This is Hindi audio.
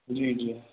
जी जी